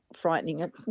frightening